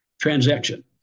transaction